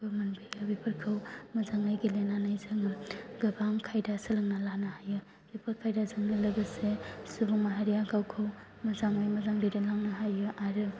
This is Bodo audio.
मोनबोयो बेफोरखौ मोजाङै गेलेनानै जोङो गोबां खायदा सोलोंना लानो हायो बेफोर खायदाजोंनो लोगोसे सुबुं माहारिया गावखौ मोजाङै मोजां दैदेनलांनो हायो आरो